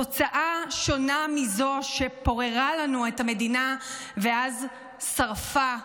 תוצאה שונה מזו שפוררה לנו את המדינה ואז שרפה,